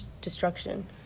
destruction